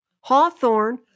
hawthorn